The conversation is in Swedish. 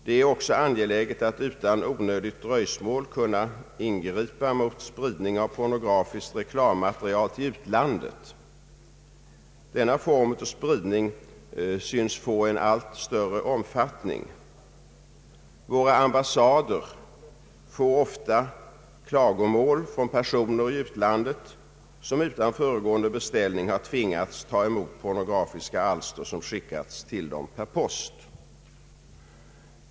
Det är också angeläget att utan onödigt dröjsmål kunna ingripa mot spridning av pornografiskt reklammaterial till utlandet. Denna form av spridning synes få en allt större omfattning. Våra ambassader får ofta klagomål från personer i utlandet som utan föregående beställning har tvingats ta emot pornografiska alster som skickats till dem per post.